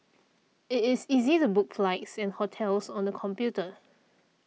it is easy to book flights and hotels on the computer